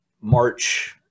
March